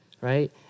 Right